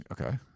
Okay